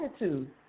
attitude